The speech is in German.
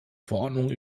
verordnungen